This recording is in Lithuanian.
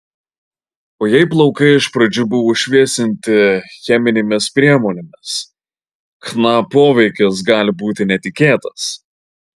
o jei plaukai iš pradžių buvo šviesinti cheminėmis priemonėmis chna poveikis gali būti netikėtas